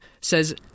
says